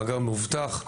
מאגר מאובטח,